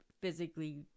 physically